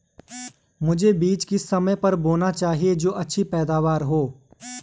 मुझे बीज किस समय पर बोना चाहिए जो अच्छी पैदावार हो?